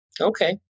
Okay